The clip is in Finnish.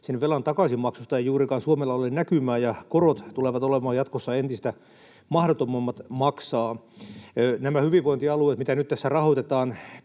sen velan takaisinmaksusta ei juurikaan Suomella ole näkymää ja korot tulevat olemaan jatkossa entistä mahdottomammat maksaa. Nämä hyvinvointialueet, mitä nyt tässä rahoitetaan,